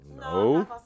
No